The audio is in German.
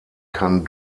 kann